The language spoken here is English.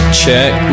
check